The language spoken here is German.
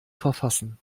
verfassen